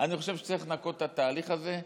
אני חושב שצריך לנקות את התהליך הזה,